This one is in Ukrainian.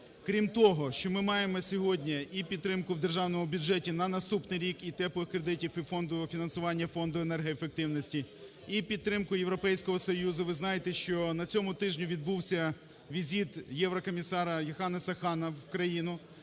крім того, що ми маємо сьогодні і підтримку в державному бюджеті на наступний рік і "теплих" кредитів, і фондового фінансування Фонду енергоефективності, і підтримку Європейського Союзу. Ви знаєте, що на цьому тижні відбувся візит єврокомісара Йоханнеса Хана в країну.